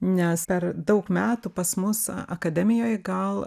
nes per daug metų pas mus akademijoj gal